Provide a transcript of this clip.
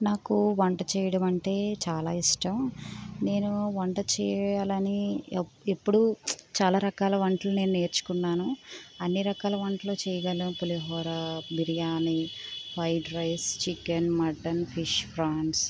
నాకు వంట చేయడం అంటే చాలా ఇష్టం నేను వంట చేయాలని ఇప్పుడు చాలా రకాల వంటలు నేను నేర్చుకున్నాను అన్ని రకాల వంటలు చేయగలను pulihora white rice chicken mutton fish prawns